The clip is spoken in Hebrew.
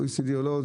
OECD או לא,